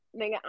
Nigga